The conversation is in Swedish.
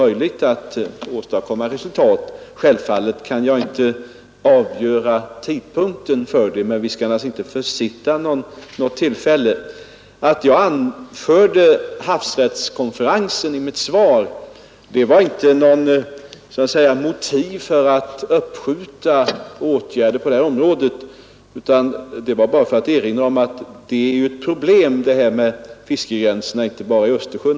Naturligtvis kan jag inte ange tidpunkten när en sådan utflyttning av gränsen kan komma till stånd, men vi skall inte försitta något tillfälle att lösa denna fråga. När jag i mitt svar nämnde havsrättskonferensen var det inte som något motiv för att uppskjuta åtgärderna på detta område, utan det var bara för att erinra om att fiskegränserna är ett problem inte bara i Östersjön utan i hela världen.